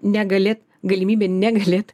negalėt galimybė negalėt